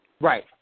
Right